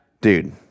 Dude